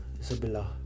Isabella